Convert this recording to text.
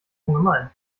ungemein